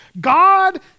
God